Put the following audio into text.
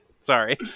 Sorry